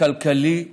כלכלי מאוד,